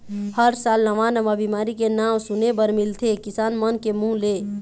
हर साल नवा नवा बिमारी के नांव सुने बर मिलथे किसान मन के मुंह ले